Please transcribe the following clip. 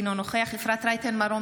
אינו נוכח אפרת רייטן מרום,